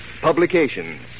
Publications